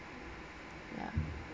ya